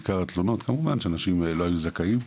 כמובן שאנשים לא היו זכאים,